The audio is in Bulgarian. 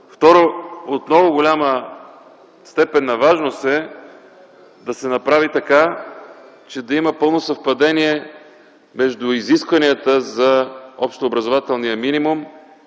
Второ, от много голяма степен на важност е да се направи така, че да има пълно съвпадение между изискванията за общообразователният минимум